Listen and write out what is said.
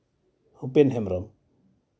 Upen Hembrom